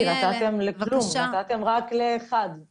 נתתם רק לאחד וזה לא הוגן.